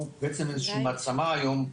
אנחנו בעצם איזשהי מעצמה היום,